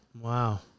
Wow